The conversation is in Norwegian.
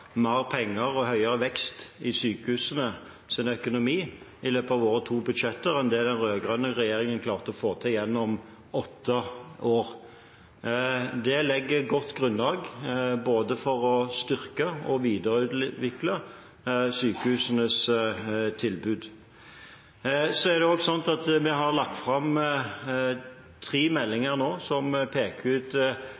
mer penger og høyere vekst i sykehusenes økonomi i løpet av våre to budsjett enn det den rød-grønne regjeringen klarte å få til gjennom åtte år. Det legger et godt grunnlag for å styrke og videreutvikle sykehusenes tilbud. Vi har lagt fram tre meldinger som peker ut